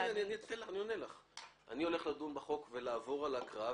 אני הולך לדון בהצעת החוק ולעבור על הסעיפים,